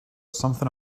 something